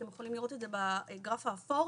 אתם יכולים לראות את זה בגרף האפור,